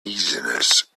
uneasiness